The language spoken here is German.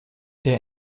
der